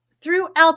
throughout